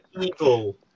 evil